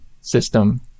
system